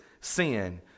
sin